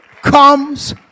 Comes